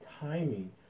timing